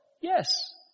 Yes